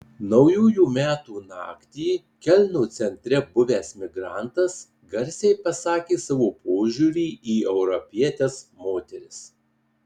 naujųjų metų naktį kelno centre buvęs migrantas garsiai pasakė savo požiūrį į europietes moteris